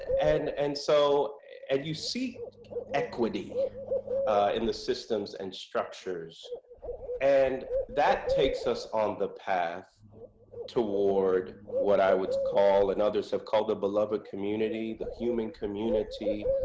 and and so and you see equity in the systems and structures and that takes us on the path toward what i would call and others have called a beloved community, the human community,